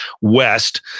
west